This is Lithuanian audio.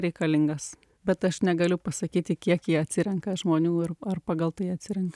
reikalingas bet aš negaliu pasakyti kiek jie atsirenka žmonių ir ar pagal tai atsirenka